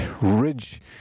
ridge